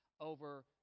over